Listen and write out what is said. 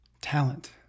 talent